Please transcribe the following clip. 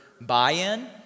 buy-in